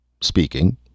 Speaking